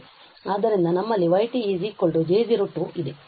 ಆದ್ದರಿಂದ ನಮ್ಮಲ್ಲಿ y J0 ಇದೆ